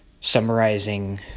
summarizing